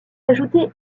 ajoutées